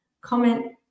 comment